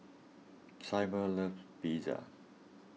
Syble loves Pizza